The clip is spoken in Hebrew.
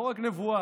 לא רק נבואה,